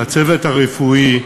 לצוות הרפואי,